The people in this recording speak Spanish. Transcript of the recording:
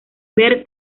ver